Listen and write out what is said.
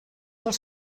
els